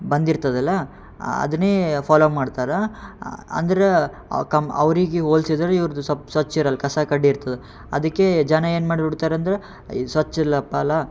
ಬಂದಿರ್ತದಲ್ಲ ಅದನ್ನೇ ಫಾಲೋ ಮಾಡ್ತಾರೆ ಅಂದ್ರೆ ಅವು ಕಮ್ಮಿ ಅವರಿಗೆ ಹೋಲ್ಸಿದ್ರ್ ಇವ್ರ್ದು ಸೊಲ್ಪ್ ಸ್ವಚ್ಛ ಇರಲ್ಲ ಕಸ ಕಡ್ಡಿ ಇರ್ತದೆ ಅದಕ್ಕೆ ಜನ ಏನು ಮಾಡ್ಬಿಡ್ತಾರೆ ಅಂದ್ರೆ ಈ ಸ್ವಚ್ಛ ಇಲ್ಲಪಾಲ